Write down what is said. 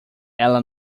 ela